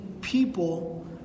people